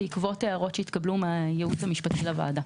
בעקבות הערו שהתקבלו מהייעוץ המשפטי לוועדה.